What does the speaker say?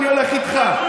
אני הולך איתך.